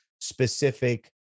specific